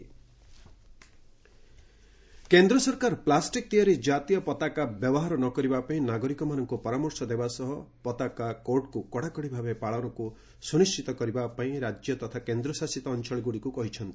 ଆଡ୍ଭାଇକରି କେନ୍ଦ୍ର ସରକାର ପ୍ଲାଷ୍ଟିକ୍ ତିଆରି ଜାତୀୟ ପତାକା ବ୍ୟବହାର ନକରିବା ପାଇଁ ନାଗରିକମାନଙ୍କୁ ପରାମର୍ଶ ଦେବା ସହ ପତାକା କୋର୍ଡକୁ କଡ଼ାକଡ଼ି ଭାବେ ପାଳନକୁ ସୁନିଶ୍ଚିତ କରାଇବା ପାଇଁ ରାଜ୍ୟ ତଥା କେନ୍ଦ୍ରଶାସିତ ଅଞ୍ଚଳଗୁଡ଼ିକୁ କହିଛନ୍ତି